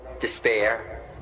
despair